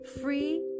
Free